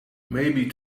maybe